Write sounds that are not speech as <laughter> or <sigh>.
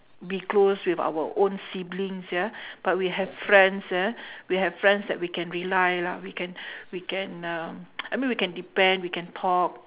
be close with our own siblings ya <breath> but we have friends ah <breath> we have friends that we can rely lah we can <breath> we can uh <noise> i mean we can depend we can talk